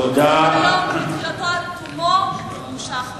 סדר-יום מתחילתו עד תומו נמשך,